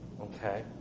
okay